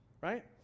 right